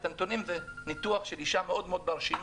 את נתונים הם מניתוח של אישה מאוד מרשימה